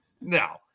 No